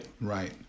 Right